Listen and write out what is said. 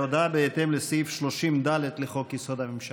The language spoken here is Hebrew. הודעה בהתאם לסעיף 30(ד) לחוק-יסוד: הממשלה.